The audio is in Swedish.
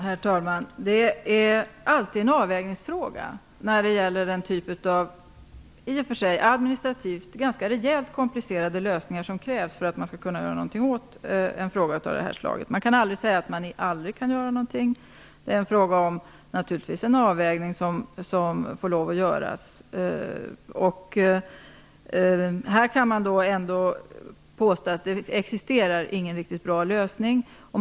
Herr talman! Det är alltid fråga om att göra en avvägning när det gäller den typ av administrativt ganska komplicerade lösningar som krävs för att man skall kunna göra någonting åt ett problem av det här slaget. Man skall inte säga att man aldrig kan göra någonting. Här kan man ändå påstå att det inte existerar någon riktigt bra lösning.